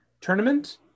tournament